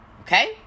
Okay